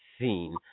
seen